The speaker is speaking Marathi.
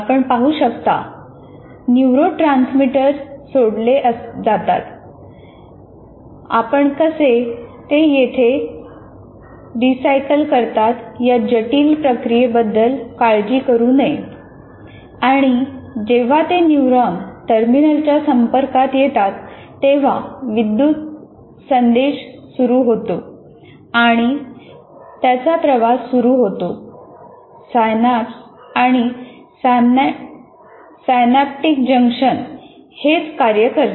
आपण पाहू शकता न्यूरोट्रांसमीटर सोडले जातात आणि जेव्हा ते न्यूरॉन टर्मिनलच्या संपर्कात येतात तेव्हा विद्युत संदेश सुरू होतो आणि त्याचा प्रवास सुरू होतो सायनाप्स आणि सायनाप्टीक जंक्शन हेच कार्य करते